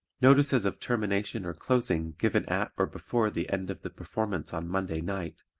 notices of termination or closing given at or before the end of the performance on monday night,